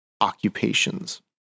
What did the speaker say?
occupations